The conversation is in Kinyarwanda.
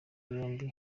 yombi